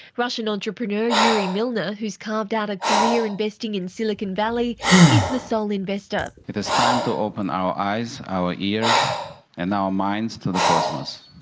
russian entrepreneur yuri milner, who has carved out a career investing in silicon valley, is the sole investor. it is time to open our eyes, our ears and our minds to the cosmos.